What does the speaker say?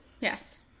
Yes